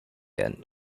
and